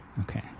okay